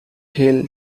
hill